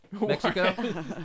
Mexico